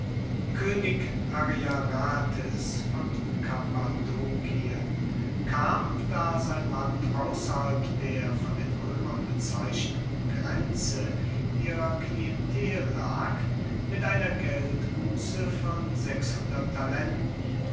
koenig ariarathes von kappadokien kam da sein land ausserhalb der von den roemern bezeichneten grenze ihrer klientel lag mit einer geldbusse von talenten